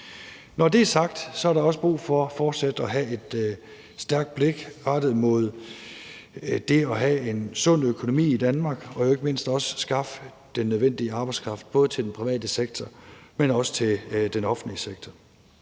Når det er sagt, er der også brug for fortsat at have et stærkt blik rettet mod det at have en sund økonomi i Danmark og jo ikke mindst også skaffe den nødvendige arbejdskraft, både til den private sektor, men også til den offentlige sektor.